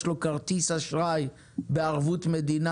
יש לו כרטיס אשראי בערבות מדינה,